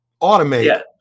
automate